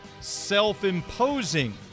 self-imposing